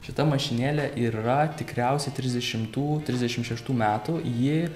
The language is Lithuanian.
šita mašinėlė ir yra tikriausiai trisdešimtų trisdešim šeštų metų ji